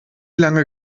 lange